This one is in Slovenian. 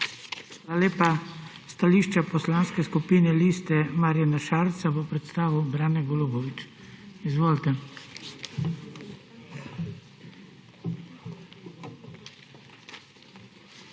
lepa. Stališče Poslanske skupine Marjana Šarca bo predstavil Brane Golubović. Izvolite.